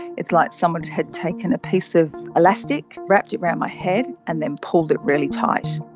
it's like someone had taken a piece of elastic, wrapped it around my head and then pulled it really tight.